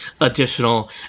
additional